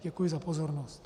Děkuji za pozornost.